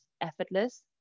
effortless